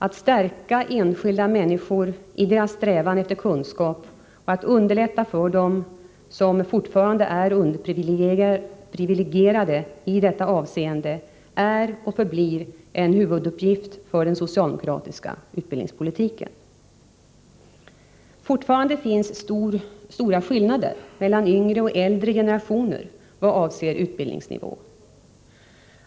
Att stärka enskilda människor i deras strävan efter kunskap och att underlätta för dem som fortfarande är underprivilegierade i detta avseende är och förblir en huvuduppgift för den socialdemokratiska utbildningspolitiken. Fortfarande finns stora skillnader mellan yngre och äldre generationer i vad avser utbildningsnivå.